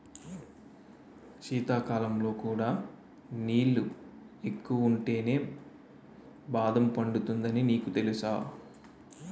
శీతాకాలంలో కూడా నీళ్ళు ఎక్కువుంటేనే బాదం పండుతుందని నీకు తెలుసా?